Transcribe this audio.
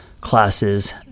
classes